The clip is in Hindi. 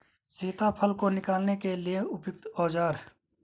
सीताफल को निकालने के लिए उपयुक्त औज़ार?